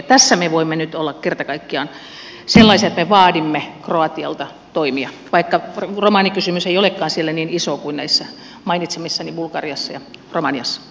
tässä me voimme nyt olla kerta kaikkiaan sellaisia että me vaadimme kroatialta toimia vaikka romanikysymys ei olekaan siellä niin iso kuin näissä mainitsemissani bulgariassa ja romaniassa